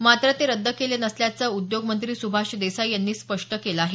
मात्र ते रद्द केले नसल्याचं उद्योग मंत्री सुभाष देसाई यांनी स्पष्ट केलं आहे